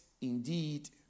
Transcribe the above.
indeed